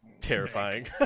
terrifying